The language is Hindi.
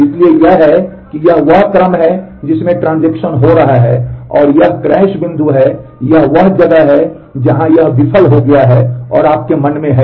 इसलिए यह है कि यह वह क्रम है जिसमें ट्रांज़ैक्शन हो रहा है और यह क्रैश बिंदु है यह वह जगह है जहां यह विफल हो गया है और आपके मन में है